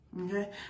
Okay